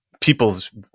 people's